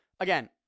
Again